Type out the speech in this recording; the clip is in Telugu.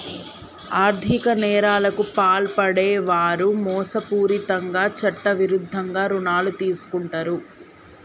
ఆర్ధిక నేరాలకు పాల్పడే వారు మోసపూరితంగా చట్టవిరుద్ధంగా రుణాలు తీసుకుంటరు